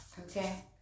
okay